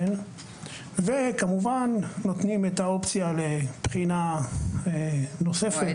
וכמובן נותנים את האופציה לבחינה נוספת,